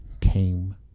came